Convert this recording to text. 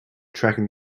tracking